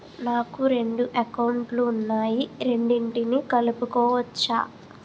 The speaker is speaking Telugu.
నాకు రెండు అకౌంట్ లు ఉన్నాయి రెండిటినీ కలుపుకోవచ్చా?